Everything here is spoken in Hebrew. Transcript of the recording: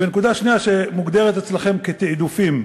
נקודה שנייה: מוגדרים אצלכם תעדופים.